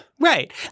right